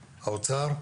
האוצר,